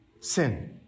sin